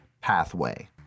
pathway